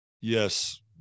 yes